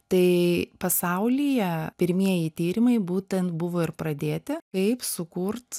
tai pasaulyje pirmieji tyrimai būtent buvo ir pradėti kaip sukurt